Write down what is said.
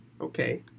Okay